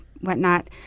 whatnot